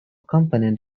component